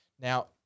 Now